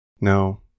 No